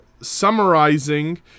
summarizing